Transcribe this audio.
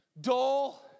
dull